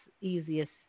easiest